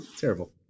terrible